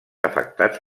afectats